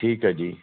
ਠੀਕ ਹੈ ਜੀ